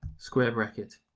square bracket,